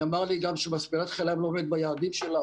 נאמר לי גם שמספנת חיל הים לא עומדת ביעדים שלה,